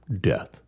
death